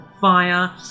fire